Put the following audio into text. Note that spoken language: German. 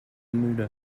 müde